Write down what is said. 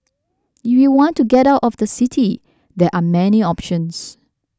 if you want to get out of the city there are many options